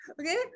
Okay